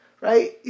Right